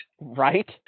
Right